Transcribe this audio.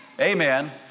amen